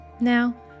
Now